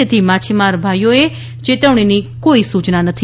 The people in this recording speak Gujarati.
તેથી માછીમાર ભાઇઓ માટે ચેતવણીની કોઇ સૂચના નથી